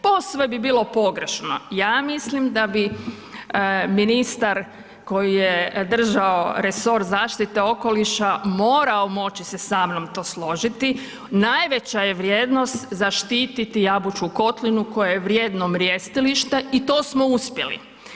Posve bi bilo pogrešno, ja mislim da bi ministar koji je držao resor zaštite okoliša morao moći se sa mnom to složiti, najveća je vrijednost zaštiti Jabučku kotlinu koja je vrijedno mrjestilište i to smo uspjeli.